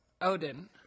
Odin